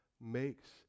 makes